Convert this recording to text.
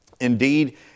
indeed